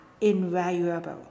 invaluable